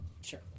Sure